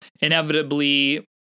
inevitably